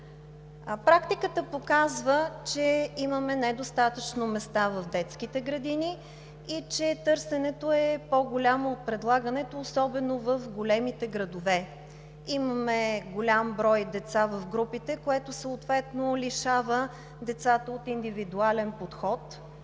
Практиката показва, че имаме недостатъчно места в детските градини и че търсенето е по-голямо от предлагането особено в големите градове. Имаме голям брой деца в групите, което съответно ги лишава от индивидуален подход.